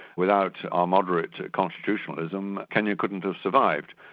without our moderate constitutionalism, kenya couldn't have survived,